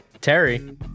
terry